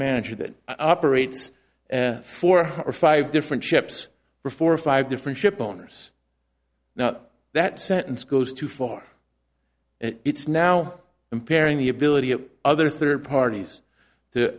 manager that operates four or five different ships for four or five different shipowners now that sentence goes too far it's now comparing the ability of other third parties to